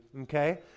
okay